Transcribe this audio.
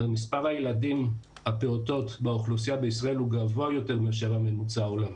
מספר הפעוטות בישראל הוא גבוה יותר מאשר הממוצע העולמי.